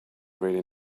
really